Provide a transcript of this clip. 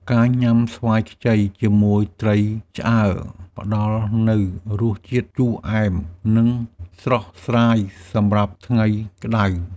ការញ៉ាំស្វាយខ្ចីជាមួយត្រីឆ្អើរ ផ្តល់នូវរសជាតិជូរអែម និងស្រស់ស្រាយសម្រាប់ថ្ងៃក្តៅ។